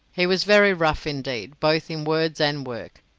he was very rough indeed, both in words and work.